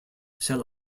shall